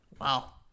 Wow